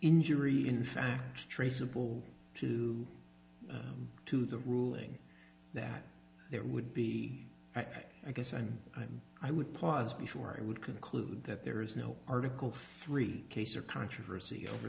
injury in fact traceable to to the ruling that there would be i guess i'm i'm i would pause before i would conclude that there is no article three case or controversy over